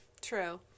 True